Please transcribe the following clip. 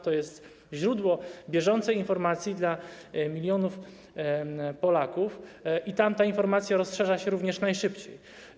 To jest źródło bieżącej informacji dla milionów Polaków i tam ta informacja rozszerza się również najszybciej.